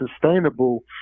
sustainable